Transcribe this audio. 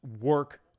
work